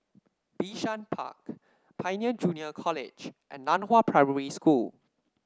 Bishan Park Pioneer Junior College and Nan Hua Primary School